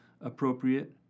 appropriate